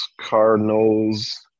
Cardinals